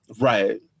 right